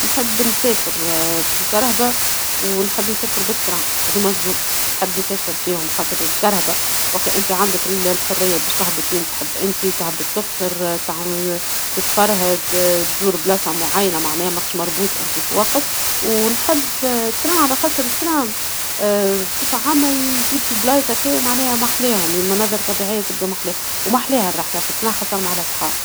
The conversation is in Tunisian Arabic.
نحب نسافر بالسيارة ونحب نسافر بالقطار، هدوما الزوج ، نحب نسافر فيهم خاطر السيارة عندك الحرية باش تهبط وين تحب أنتي ، تهبط تفطر ، تعمل تتفرهد ، تزور بلاصة معينة معناها ماكش مربوط أنتي بوقت ، ونحب القطار على خاطر القطار بصفة عامة يجيب في أماكن هكايا محلاهم، مناظر طبيعية محلاهم ، ومحلاها الرحلة في القطار خاصة مع الأصحاب.